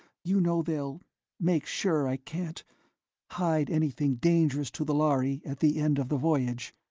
you know they'll make sure i can't hide anything dangerous to the lhari at the end of the voyage.